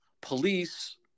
Police